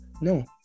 No